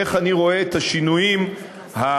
ואיך אני רואה את השינויים המתחייבים